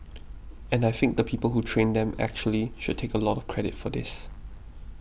and I think the people who trained them actually should take a lot of credit for this